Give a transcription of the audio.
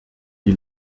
die